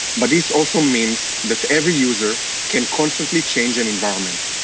but, this also means that every user can constantly change an environment.